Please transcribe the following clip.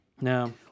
no